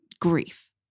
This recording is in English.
grief